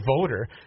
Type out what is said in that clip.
voter